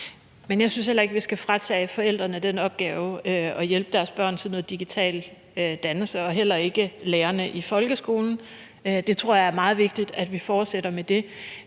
Men jeg synes heller ikke, at vi skal fratage forældrene den opgave at hjælpe deres børn til noget digital dannelse, og heller ikke lærerne i folkeskolen. Det tror jeg er meget vigtigt at vi fortsætter med.